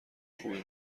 خوبی